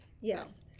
Yes